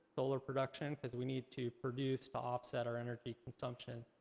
solar production, because we need to produce to offset our energy consumption.